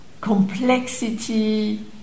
complexity